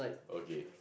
okay